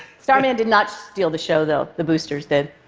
starman did not steal the show, though the boosters did.